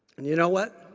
and you know what,